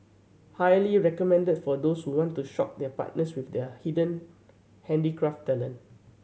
highly recommended for those who want to shock their partners with their hidden handicraft talent